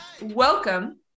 Welcome